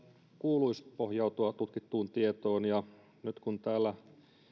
kuuluisi pohjautua tutkittuun tietoon nyt kun täällä